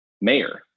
mayor